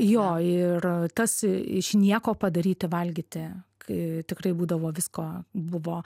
jo ir tas iš nieko padaryti valgyti tikrai būdavo visko buvo